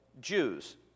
Jews